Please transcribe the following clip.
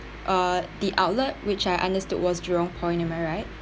uh the outlet which I understood was jurong point am I right